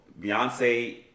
Beyonce